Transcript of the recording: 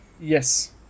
yes